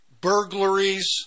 burglaries